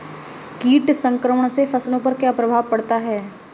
कीट संक्रमण से फसलों पर क्या प्रभाव पड़ता है?